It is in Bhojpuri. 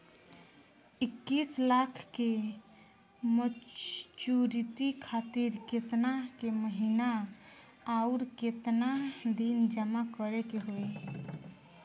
इक्कीस लाख के मचुरिती खातिर केतना के महीना आउरकेतना दिन जमा करे के होई?